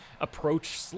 approach